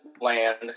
land